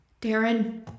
Darren